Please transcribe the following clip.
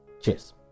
Cheers